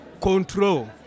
control